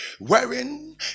wearing